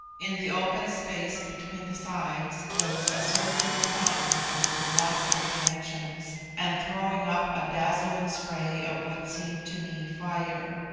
in the open space between the sides was a circular fountain of colossal dimensions, and throwing up a dazzling spray of what seemed to me fire.